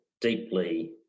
deeply